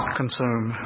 consume